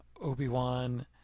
Obi-Wan